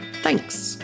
Thanks